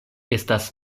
estas